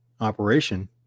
operation